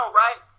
right